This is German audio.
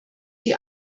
die